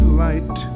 light